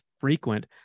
frequent